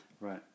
Right